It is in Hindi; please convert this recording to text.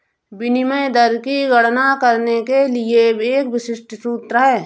विनिमय दर की गणना करने के लिए एक विशिष्ट सूत्र है